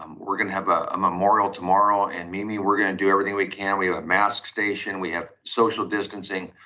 um we're gonna have ah a memorial tomorrow and mimi, we're gonna do everything we can. we have a mask station, we have social distancing.